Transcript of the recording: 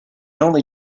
only